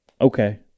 Okay